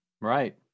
Right